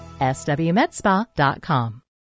swmedspa.com